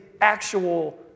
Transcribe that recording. actual